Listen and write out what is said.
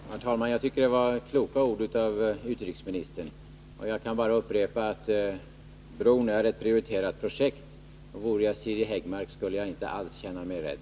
Herr talman! Jag tycker att det var kloka ord av utrikesministern. Och jag kan bara upprepa att brobygget är ett prioriterat projekt. Vore jag Siri Häggmark skulle jag inte alls känna mig rädd.